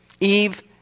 Eve